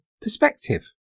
perspective